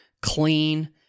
clean